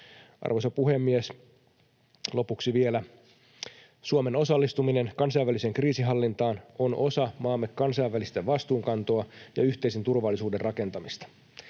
Arvoisa puhemies! Lopuksi vielä: Suomen osallistuminen kansainväliseen kriisinhallintaan on osa maamme kansainvälistä vastuunkantoa ja yhteisen turvallisuuden rakentamista.